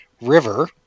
River